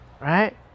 Right